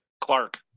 clark